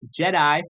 Jedi